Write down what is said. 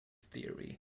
theory